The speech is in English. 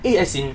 eh as in